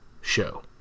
show